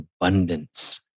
abundance